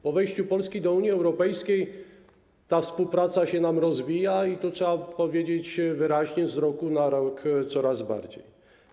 Po wejściu Polski do Unii Europejskiej ta współpraca się rozwija i, to trzeba powiedzieć wyraźnie, z roku na rok coraz bardziej.